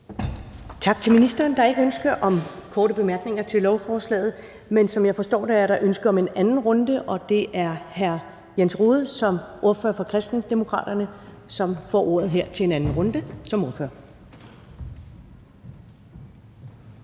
Tak til ministeren. Der er ikke ønske om korte bemærkninger til lovforslaget, men som jeg forstår det, er der ønske om en anden runde. Og det er hr. Jens Rohde, der som ordfører for Kristendemokraterne får ordet i en anden runde. Velkommen.